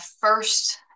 first